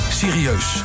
serieus